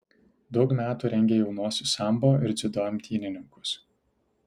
daug metų rengė jaunuosius sambo ir dziudo imtynininkus